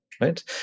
right